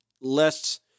less